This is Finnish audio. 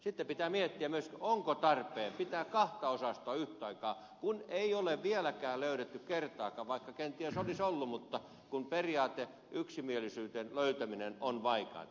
sitten pitää miettiä myös onko tarpeen pitää kahta osastoa yhtä aikaa kun ei ole vieläkään löydetty kertaakaan yksimielisyyttä periaatteesta vaikka kenties olisi ollut syytä mutta kun yksimielisyyden löytäminen periaatteesta on vaikeata